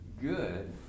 good